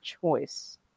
choice